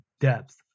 depth